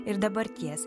ir dabarties